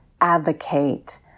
advocate